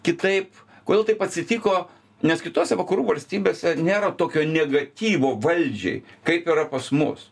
kitaip kodėl taip atsitiko nes kitose vakarų valstybėse nėra tokio negatyvo valdžiai kaip yra pas mus